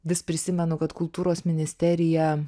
vis prisimenu kad kultūros ministerija